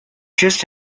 just